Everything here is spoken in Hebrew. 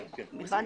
הוא מחויב בתנאים.